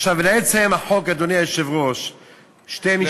עכשיו לעצם החוק, אדוני היושב-ראש, שני משפטים.